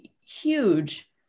huge